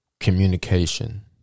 Communication